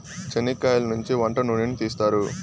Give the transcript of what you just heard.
చనిక్కయలనుంచి వంట నూనెను తీస్తారు